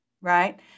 Right